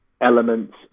elements